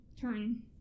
turn